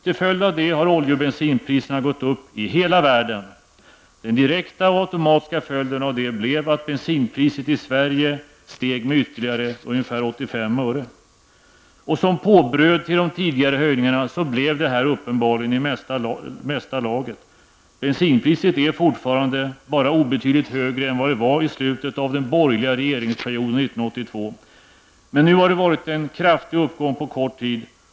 Till följd av detta har olje och bensinpriserna gått upp i hela världen. Den direkta och automatiska följden av detta blev att bensinpriset i Sverige steg med ytterligare ungefär 85 öre. Som påbröd till de tidigare höjningarna blev detta uppenbarligen i mesta laget. Bensinpriset är fortfarande bara obetydligt högre än vad det var i slutet av den borgerliga regeringsperioden 1982. Men nu har det varit en kraftig uppgång på kort tid.